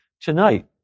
Tonight